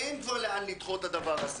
אין כבר לאן לדחות את הדבר הזה.